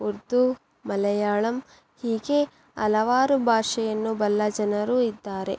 ಉರ್ದು ಮಲಯಾಳಂ ಹೀಗೆ ಹಲವಾರು ಭಾಷೆಯನ್ನು ಬಲ್ಲ ಜನರೂ ಇದ್ದಾರೆ